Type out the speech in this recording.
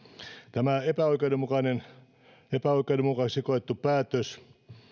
tämä epäoikeudenmukaiseksi epäoikeudenmukaiseksi koettu päätös